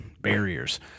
barriers